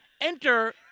Enter